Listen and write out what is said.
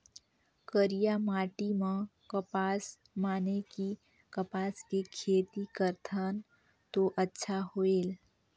करिया माटी म कपसा माने कि कपास के खेती करथन तो अच्छा होयल?